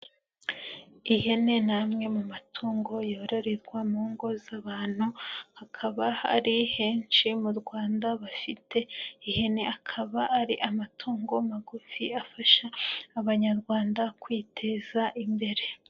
Ihene ni amwe mu matungo yororerwa mu ngo z'abantu hakaba hari henshi mu Rwanda bafite ihene, akaba ari amatungo magufi afasha Abanyarwanda kwiteza imbere.